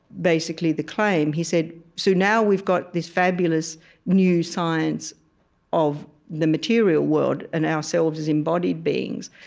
basically, the claim he said, so now we've got this fabulous new science of the material world and ourselves as embodied beings.